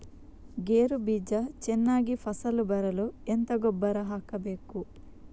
ಗೇರು ಬೀಜ ಚೆನ್ನಾಗಿ ಫಸಲು ಬರಲು ಎಂತ ಗೊಬ್ಬರ ಹಾಕಬೇಕು?